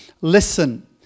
listen